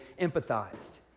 empathized